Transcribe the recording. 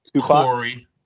Corey